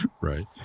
right